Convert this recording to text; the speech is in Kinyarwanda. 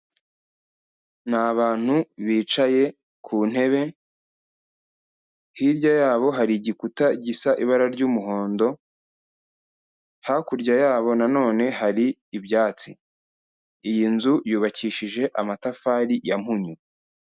Ni abantu bicaye ku ntebe, hirya yabo hari igikuta gisa ibara ry'umuhondo, hakurya yabo na none hari ibyatsi, iyi nzu yubakishije amatafari ya mpunyu.